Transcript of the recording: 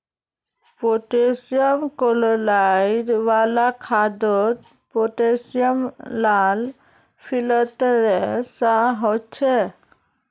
potassium chloride वाला खादोत potassium लाल क्लिस्तेरेर सा होछे